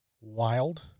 wild